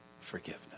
forgiveness